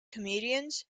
comedians